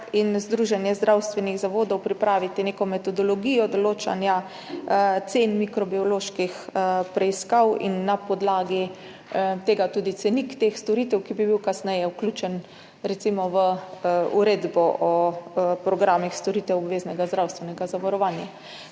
in Združenje zdravstvenih zavodov Slovenije pripraviti neko metodologijo določanja cen mikrobioloških preiskav in na podlagi tega tudi cenik teh storitev, ki bi bil kasneje vključen recimo v uredbo o programih storitev obveznega zdravstvenega zavarovanja.